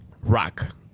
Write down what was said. Rock